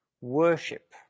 worship